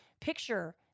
picture